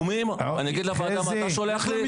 אגיד לוועדה מה אתה שולח לי?